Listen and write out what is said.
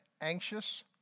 anxious